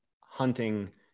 hunting